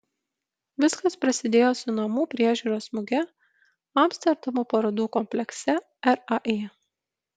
viskas prasidėjo su namų priežiūros muge amsterdamo parodų komplekse rai